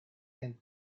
and